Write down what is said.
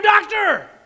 doctor